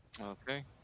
Okay